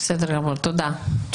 בסדר גמור, תודה.